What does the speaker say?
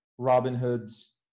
Robinhood's